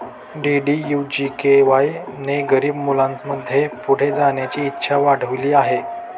DDU GKY ने गरीब मुलांमध्ये पुढे जाण्याची इच्छा वाढविली आहे